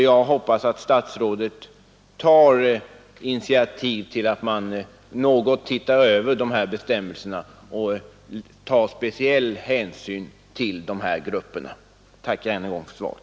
Jag hoppas också att statsrådet tar initiativ till en översyn av gällande bestämmelser, så att speciell hänsyn kan tas till dessa grupper. Jag tackar än en gång för svaret.